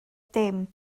dim